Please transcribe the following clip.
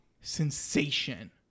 sensation